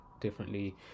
differently